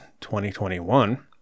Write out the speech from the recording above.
2021